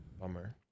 Bummer